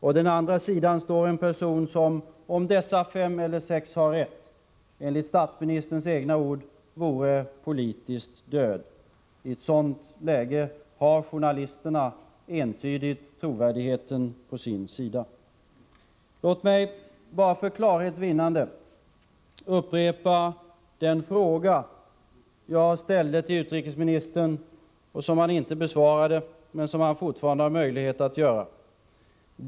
På den andra sidan står en person som — om dessa fem eller sex journalister har rätt — enligt statsministerns egna ord vore politisk död. I ett sådant läge har journalisterna entydigt trovärdigheten på sin sida. Låt mig, för klarhets vinnande, upprepa den fråga som jag ställde till utrikesministern. Han besvarade den inte tidigare, men har fortfarande möjlighet att göra det.